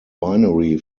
binary